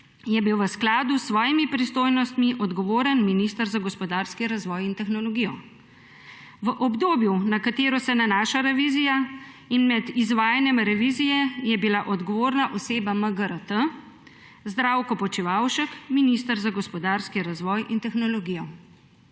je bil v skladu s svojimi pristojnostmi odgovoren minister za gospodarski razvoj in tehnologijo. V obdobju, na katero se nanaša revizija, in med izvajanjem revizije je bila odgovorna oseba MGRT, Zdravko Počivalšek, minister za gospodarski razvoj in tehnologijo.«